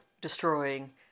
destroying